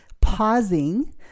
pausing